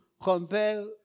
compare